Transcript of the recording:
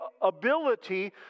ability